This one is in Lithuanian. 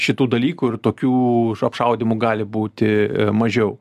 šitų dalykų ir tokių apšaudymų gali būti mažiau